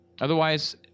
Otherwise